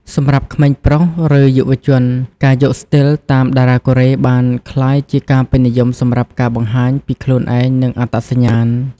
សម្រាប់ក្មេងប្រុស ឬ យុវជន ការយកស្ទីលតាមតារាកូរ៉េបានក្លាយជាការពេញនិយមសម្រាប់ការបង្ហាញពីខ្លួនឯង និងអត្តសញ្ញាណ។